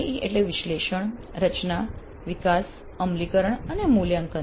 ADDIE એટલે વિશ્લેષણ રચના વિકાસ અમલીકરણ અને મૂલ્યાંકન